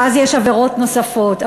ואז יש עבירות נוספות.